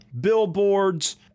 billboards